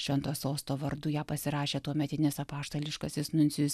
švento sosto vardu ją pasirašė tuometinis apaštališkasis nuncijus